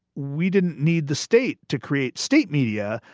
we didn't need the state to create state media,